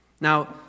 Now